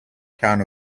town